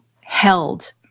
held